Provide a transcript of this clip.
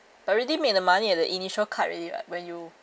but already made the money at the initial cut already [what] when you